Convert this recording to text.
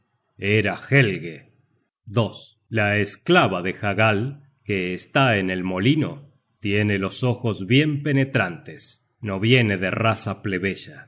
era helge la esclava de hagal que está en el molino tiene los ojos bien penetrantes no viene de raza plebeya